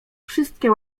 wszystkie